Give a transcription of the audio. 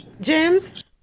James